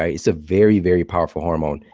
ah it's a very, very powerful hormone.